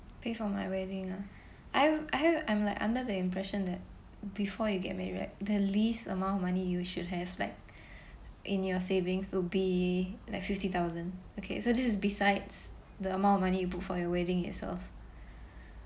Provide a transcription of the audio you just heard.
pay for my wedding ah I've I have I'm like under the impression that before you get married right the least amount of money you should have like in your savings would be like fifty thousand okay so this is besides the amount of money you book for your wedding itself